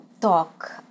talk